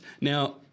Now